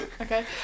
Okay